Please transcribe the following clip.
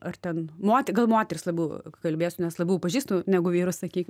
ar ten mote gal moterys labiau kalbėsiu nes labiau pažįstu negu vyrus sakyk